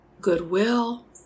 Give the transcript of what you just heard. goodwill